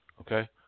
Okay